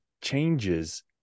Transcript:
changes